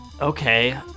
Okay